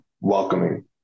welcoming